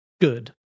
good